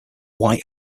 white